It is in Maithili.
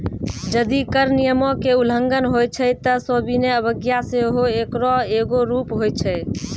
जदि कर नियमो के उल्लंघन होय छै त सविनय अवज्ञा सेहो एकरो एगो रूप होय छै